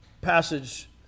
passage